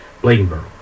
Bladenboro